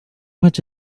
much